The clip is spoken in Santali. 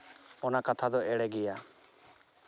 ᱚᱱᱟ ᱠᱟᱛᱷᱟ ᱫᱚ ᱮᱲᱮ ᱜᱮᱭᱟ